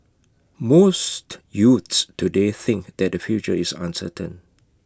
most youths today think that their future is uncertain